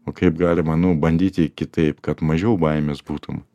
o kaip galima nu bandyti kitaip kad mažiau baimės būtum